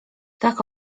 tak